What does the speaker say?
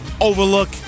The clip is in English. overlook